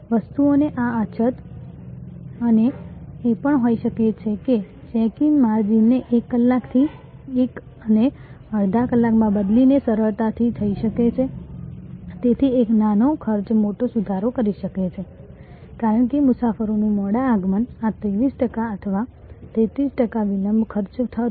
વસ્તુઓની આ અછત અને એ પણ હોઈ શકે કે ચેક ઇન માર્જિનને 1 કલાકથી 1 અને અડધા કલાકમાં બદલીને સરળતાથી થઈ શકે છે તેથી એક નાનો ખર્ચ મોટો સુધારો કરી શકે છે કારણ કે મુસાફરોનું મોડા આગમન આ 23 ટકા અથવા 33 ટકા વિલંબ ખર્ચ હતો